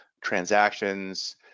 transactions